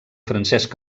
francesc